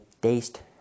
taste